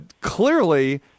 clearly